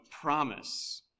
promise